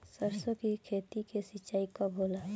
सरसों की खेती के सिंचाई कब होला?